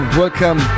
welcome